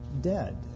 dead